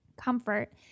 comfort